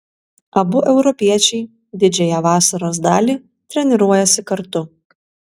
abu europiečiai didžiąją vasaros dalį treniruojasi kartu